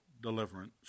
deliverance